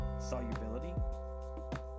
solubility